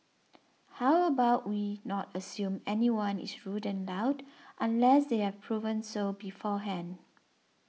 how about we not assume anyone is rude and loud unless they have proven so beforehand